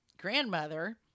grandmother